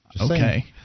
Okay